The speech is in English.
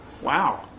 Wow